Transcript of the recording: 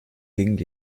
ging